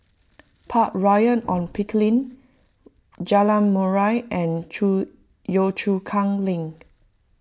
Park Royal on Pickering Jalan Murai and Chu Yio Chu Kang Link